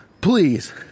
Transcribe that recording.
Please